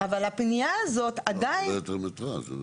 לא, את מדברת על מטראז'.